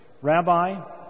Rabbi